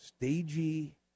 Stagey